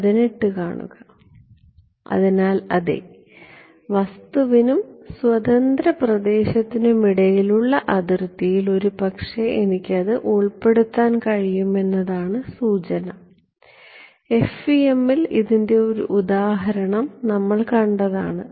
അതിനാൽ അതെ വസ്തുവിനും സ്വതന്ത്ര പ്രദേശത്തിനും ഇടയിലുള്ള അതിർത്തിയിൽ ഒരുപക്ഷേ എനിക്ക് ഇത് ഉൾപ്പെടുത്താൻ കഴിയുമെന്നതാണ് സൂചന FEM ൽ ഇതിന്റെ ഒരു ഉദാഹരണം നമ്മൾ കണ്ടതാണ്